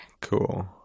Cool